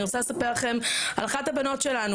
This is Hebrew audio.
אני רוצה לספר לכם על אחת הבנות שלנו